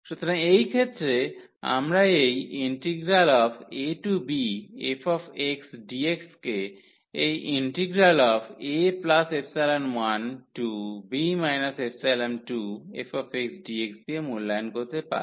সুতরাং এই ক্ষেত্রে আমরা এই abfxdx কে এই a1b 2fxdx দিয়ে মূল্যায়ন করতে পারি